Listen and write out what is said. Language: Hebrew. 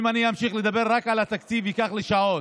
אם אני אמשיך לדבר, רק על התקציב ייקח לי שעות.